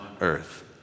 earth